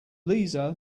lisa